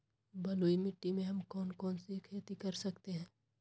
बलुई मिट्टी में हम कौन कौन सी खेती कर सकते हैँ?